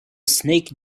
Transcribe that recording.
snake